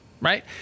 right